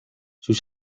sus